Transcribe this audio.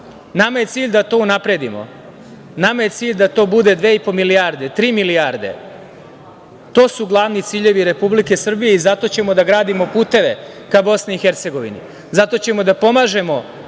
je cilj da to unapredimo, nama je cilj da to bude 2,5 milijardi, tri milijarde. To su glavni ciljevi Republike Srbije i zato ćemo da gradimo puteve ka BiH, zato ćemo da pomažemo